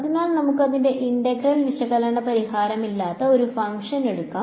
അതിനാൽ നമുക്ക് അതിന്റെ ഇന്റഗ്രൽ വിശകലന പരിഹാരമില്ലാത്ത ഒരു ഫംഗ്ഷൻ എടുക്കാം